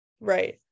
Right